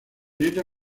dieta